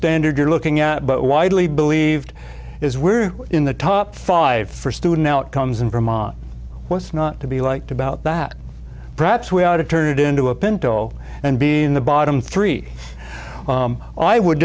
standard you're looking at but widely believed is we're in the top five for student outcomes in vermont what's not to be liked about that perhaps we ought to turn it into a pinto and be in the bottom three i would